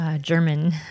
German